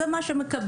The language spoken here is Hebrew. זה מה שמקבלים.